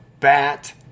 bat